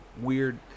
weird